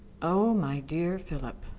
oh, my dear philip,